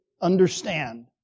understand